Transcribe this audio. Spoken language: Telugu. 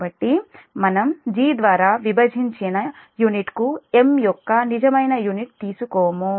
కాబట్టి మనం G ద్వారా విభజించని యూనిట్కు M యొక్క నిజమైన యూనిట్ తీసుకోము